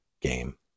game